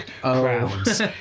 crowds